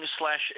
slash